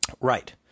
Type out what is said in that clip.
Right